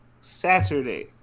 Saturday